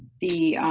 the